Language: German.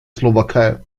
slowakei